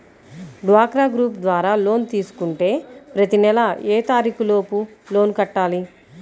డ్వాక్రా గ్రూప్ ద్వారా లోన్ తీసుకుంటే ప్రతి నెల ఏ తారీకు లోపు లోన్ కట్టాలి?